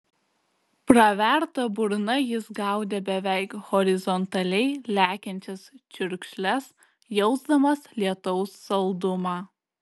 praverta burna jis gaudė beveik horizontaliai lekiančias čiurkšles jausdamas lietaus saldumą